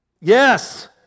yes